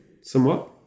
Somewhat